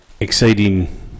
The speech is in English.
exceeding